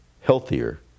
healthier